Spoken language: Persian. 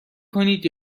کنید